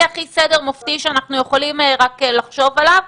הכי סדר מופתי שאנחנו יכולים רק לחשוב עליו,